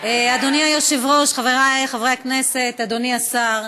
אדוני היושב-ראש, חבריי חברי הכנסת, אדוני השר,